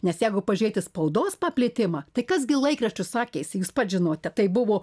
nes jegu pažėti spaudos paplitimą tai kas gi laikraščius sakėsi jūs pats žinote tai buvo